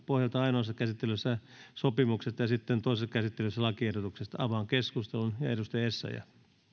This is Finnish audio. pohjalta ainoassa käsittelyssä sopimuksesta ja sitten toisessa käsittelyssä lakiehdotuksesta avaan keskustelun edustaja essayah